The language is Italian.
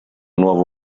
nuovo